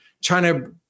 China